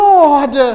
Lord